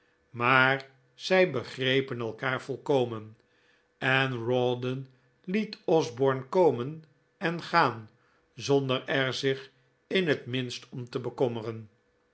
maar zij begrepen elkaar volkomen en rawdon liet osborne komen en gaan zonder er zich in het minst om te bekommeren